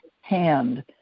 hand